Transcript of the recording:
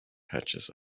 patches